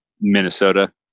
minnesota